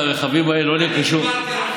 אתה לא מפיק לקחים,